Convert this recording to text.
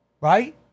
Right